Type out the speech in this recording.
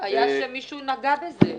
מישהו נגע בזה במכוון.